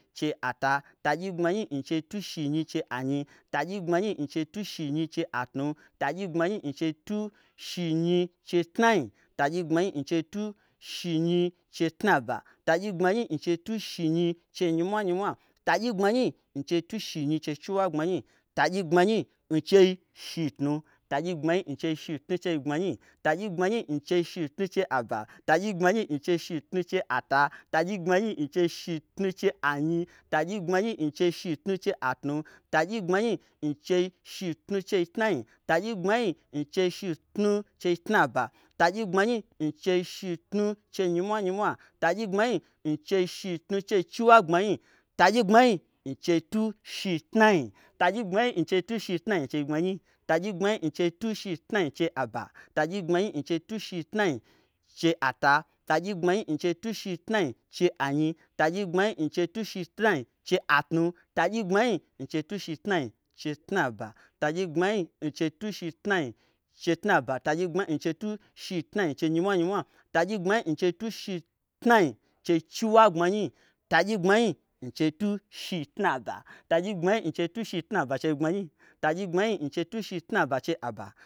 Tagyi gbmanyi n chei tu shi nyi chei ata. Tagyi gbmanyi n chei tu shi nyi chei anyi. Tagyi gbmanyi n chei tu shi nyi chei atnu. Tagyi gbmanyi n chei tu shi nyi chei tnai. Tagyi gbmanyi n chei tu shi nyi chei tnaba. Tagyi gbmanyi nchei tu shi nyi chei nyimwanyimwa. Tagyi gbmanyi n chei tu shi nyi chei chiwagbmanyi, tagyi gbmanyi n chei shitnu. Tagyi gbmanyi n chei shitnu chei gbmanyi. Tagyi gbmanyi n chei shitnu chei aba. Tagyi gbmanyi n chei shitnu chei ata. Tagyi gbmanyi n chei shitnu chei anyitagyi gbmanyi n chei shitnu chei atnutagyi gbmanyi n chei shitnu chei tnai. Tagyi gbmanyi n chei shitnu chei tnaba. Tagyi gbmanyi n chei shitnu chei nyimwanyimwa, tagyi gbmanyi n chei shitnu cheichiwagbmanyi. Tagyi gbmanyi n chei tu shitnai. Tagyi gbmanyi n chei tu shitnai chei gbmanyi. Tagyi gbmanyi n chei tu shitnai chei aba. Tagyi gbmanyi n chei tu shitnai chei ata. Tagyi gbmanyi n chei tu shitnai chei anyi. Tagyi gbmanyi n chei tu shitnai chei atnu. Tagyi gbmanyi n chei tu shitnai chei tnai. Tagyi gbmanyi n chei tu shitnai chei tnaba. Tagyi gbmanyi n chei tu shitnai chei nyimwanyimwa. Tagyi gbmanyi n chei tu shitnai chei chiwagbmanyi. Tagyi gbmanyi n chei tu shi tnaba. Tagyi gbmanyi n chei tu shi tnaba chei gbmanyi. Tagyi gbmanyi n chei tu shi tnaba chei aba.